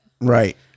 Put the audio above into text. Right